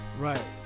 Right